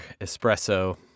espresso